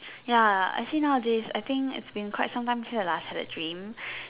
ya I see now a days I think it's been quite some time since I last had a dream